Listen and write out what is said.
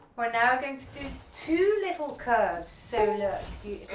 we're now going to do two little curves so look you